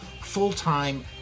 full-time